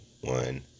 one